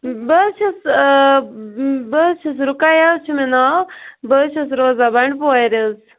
بہٕ حظ چھَس بہٕ حظ چھَس رُقیہ حظ چھُ مےٚ ناو بہٕ حظ چھَس روزان بَنڈپورٕ حظ